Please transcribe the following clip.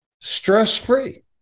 stress-free